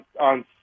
on